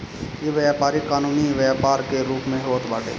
इ व्यापारी कानूनी व्यापार के रूप में होत बाटे